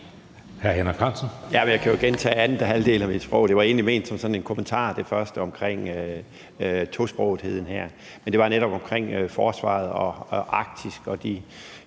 Jeg kan jo gentage anden halvdel af mit spørgsmål; det første var egentlig ment som en kommentar om tosprogetheden. Det var netop omkring forsvaret og Arktis